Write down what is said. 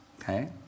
okay